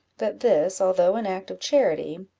that this, although an act of charity,